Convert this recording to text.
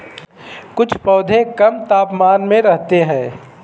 कुछ पौधे कम तापमान में रहते हैं